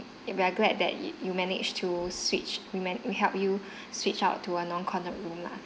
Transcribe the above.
we are glad that yo~ you managed to switch man~ we helped you switch out to a non corner room lah